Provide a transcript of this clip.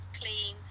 clean